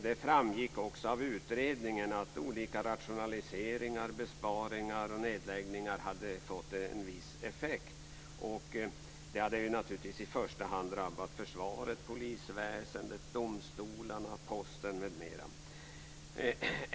Det framgick också av utredningen att olika rationaliseringar, besparingar och nedläggningar hade fått en viss effekt. Det hade naturligtvis i första hand drabbat försvaret, polisväsendet, domstolarna, posten, m.m.